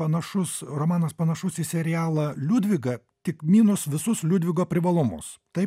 panašus romanas panašus į serialą liudviga tik minus visus liudvigo privalumus taip